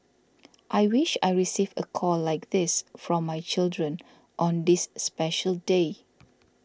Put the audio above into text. I wish I receive a call like this from my children on this special day